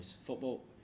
Football